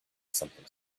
something